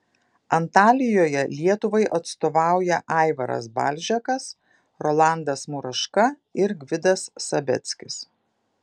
antalijoje lietuvai atstovauja aivaras balžekas rolandas muraška ir gvidas sabeckis